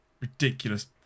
ridiculous